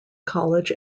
college